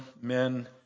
men